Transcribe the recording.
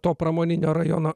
to pramoninio rajono